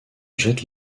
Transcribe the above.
jette